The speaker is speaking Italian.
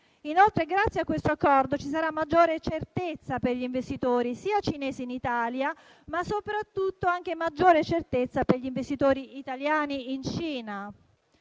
Cina. Grazie a questo Accordo, inoltre, ci sarà maggiore certezza per gli investitori cinesi in Italia, ma soprattutto maggiore certezza per gli investitori italiani in Cina.